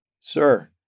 Sir